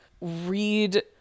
read